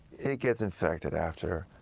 it gets infected after.